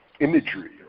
imagery